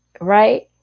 right